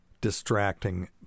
distracting